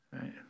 Right